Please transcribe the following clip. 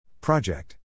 Project